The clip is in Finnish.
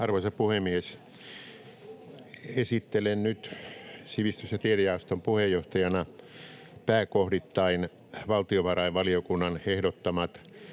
Arvoisa puhemies! Esittelen nyt sivistys- ja tiedejaoston puheenjohtajana pääkohdittain valtiovarainvaliokunnan ehdottamat